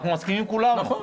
אנחנו מסכימים כולנו.